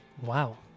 Wow